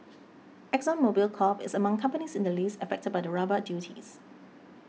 Exxon Mobil Corp is among companies in the list affected by the rubber duties